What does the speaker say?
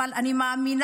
אבל אני מאמינה.